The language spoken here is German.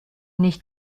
nicht